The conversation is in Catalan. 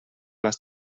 les